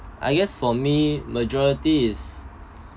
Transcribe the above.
I guess for me majority is